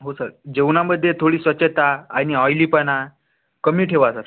हो सर जेवणामध्ये थोडी स्वच्छता आणि ऑईलीपणा कमी ठेवा सर